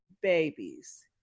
babies